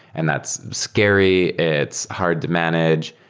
and that's scary. it's hard to manage,